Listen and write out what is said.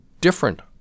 different